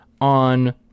on